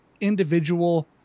individual